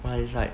why you like